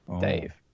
dave